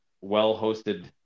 well-hosted